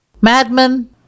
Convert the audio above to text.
Madman